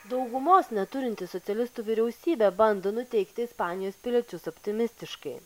daugumos neturinti socialistų vyriausybė bando nuteikti ispanijos piliečius optimistiškai